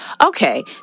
Okay